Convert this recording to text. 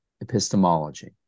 epistemology